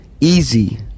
easy